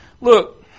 look